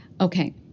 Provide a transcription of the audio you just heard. Okay